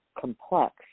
complex